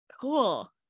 Cool